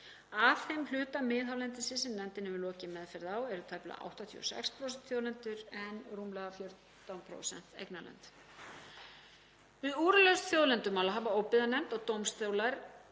Af þeim hluta miðhálendisins sem nefndin hefur lokið meðferð á eru tæplega 86% þjóðlendur en rúmlega 14% eignarlönd. Við úrlausn þjóðlendumála hafa óbyggðanefnd og dómstólar